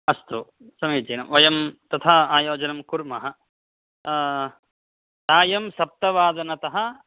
अस्तु समीचीनं वयं तथा आयोजनं कुर्मः सायं सप्तवादनतः